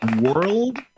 world